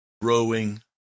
rowing